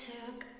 took